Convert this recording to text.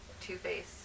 Two-Face